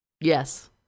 yes